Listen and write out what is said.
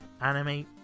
anime